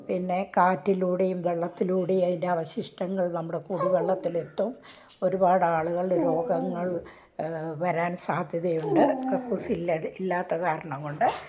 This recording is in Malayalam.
പിന്നെ കാറ്റിലൂടെയും വെള്ളത്തിലൂടെയും അതി ൻ്റെ അവശിഷ്ടങ്ങൾ നമ്മുടെ കുടിവെള്ളത്തിലെത്തും ഒരുപാട് ആളുകളുടെ രോഗങ്ങൾ വരാൻ സാധ്യതയുണ്ട് കക്കൂസ്സില്ലാത്ത ഇല്ലാത്ത കാരണം കൊണ്ട്